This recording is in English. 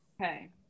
Okay